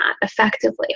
effectively